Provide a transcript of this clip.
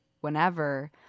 whenever